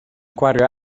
gwario